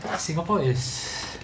singapore is